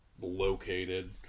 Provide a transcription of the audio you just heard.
located